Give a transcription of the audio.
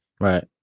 Right